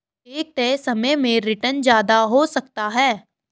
एक तय समय में रीटर्न ज्यादा हो सकता है